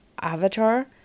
avatar